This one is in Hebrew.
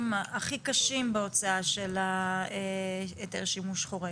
הכי קשים בהוצאה של היתר שימוש חורג.